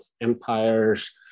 empires